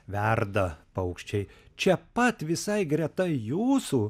verda paukščiai čia pat visai greta jūsų